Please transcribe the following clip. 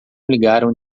ligaram